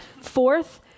Fourth